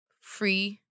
free